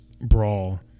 Brawl